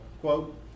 quote